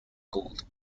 gold